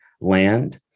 land